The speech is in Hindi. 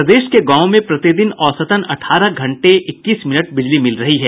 प्रदेश के गांवों में प्रतिदिन औसतन अठारह घंटे इक्कीस मिनट बिजली मिल रही है